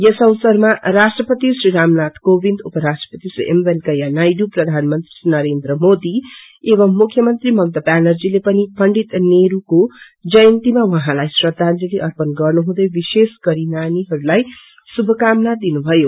यस अवसरमा राष्ट्रपति श्री रामनागि कोविन्द उपराष्ट्रपति श्री एम वेकैँया नायडू प्राानमंत्री श्री नरेन्द्र मोदी एवमं मुख्य मंत्री ममता व्यानर्जीले पनि पण्डित नेहरूको जयन्तीमा उहाँलाई श्रदाजंती अर्पण गर्नुहुँदै विशेष गरी नानीहरूलाई शुभकामना दिनुभयो